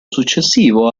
successivo